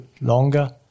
longer